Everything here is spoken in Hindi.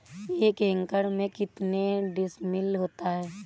एक एकड़ में कितने डिसमिल होता है?